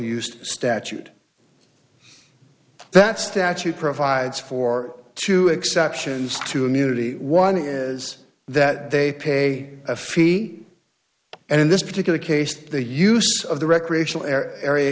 use statute that statute provides for two exceptions to immunity one is that they pay a fee and in this particular case the use of the recreational a